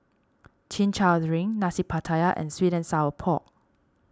Chin Chow Drink Nasi Pattaya and Sweet and Sour Pork